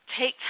Take